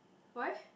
why